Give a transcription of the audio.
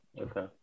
Okay